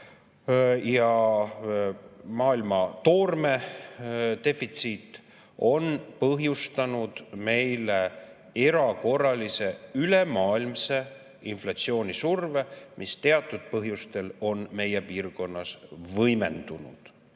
ja maailma toormedefitsiit on põhjustanud erakorralise ülemaailmse inflatsioonisurve, mis teatud põhjustel on meie piirkonnas võimendunud.